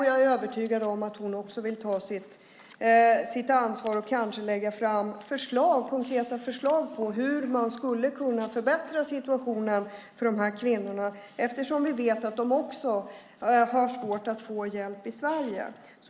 Jag är övertygad om att hon också vill ta sitt ansvar och kanske lägga fram konkreta förslag på hur man skulle kunna förbättra situationen för de här kvinnorna, eftersom vi vet att de också har svårt att få hjälp i Sverige.